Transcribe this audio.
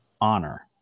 honor